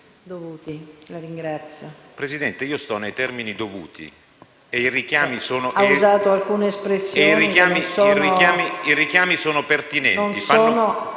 *(CoR)*. Signora Presidente, io sto nei termini dovuti e i richiami sono pertinenti.